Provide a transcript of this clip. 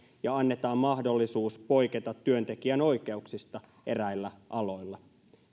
ja annetaan mahdollisuus poiketa työntekijän oikeuksista eräillä aloilla